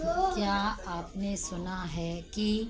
क्या आपने सुना है कि